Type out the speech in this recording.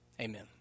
Amen